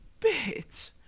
Bitch